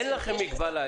אין לכם מגבלה.